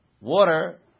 Water